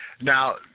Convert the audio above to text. Now